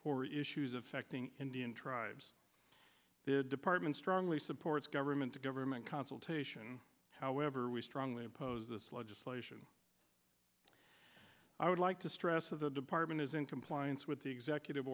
for issues affecting indian tribes the department strongly supports government to government consultation however we strongly oppose this legislation i would like to stress of the department is in compliance with the executive